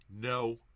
No